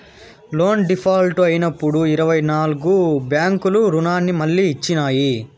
loan default అయినప్పుడు ఇరవై నాల్గు బ్యాంకులు రుణాన్ని మళ్లీ ఇచ్చినాయి